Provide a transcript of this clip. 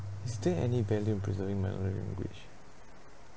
is there any value in preserving minority language